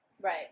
Right